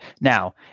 Now